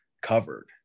covered